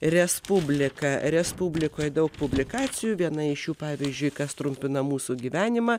respublika respublikoje daug publikacijų viena iš jų pavyzdžiui kas trumpina mūsų gyvenimą